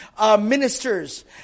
ministers